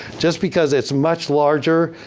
just because it's much larger,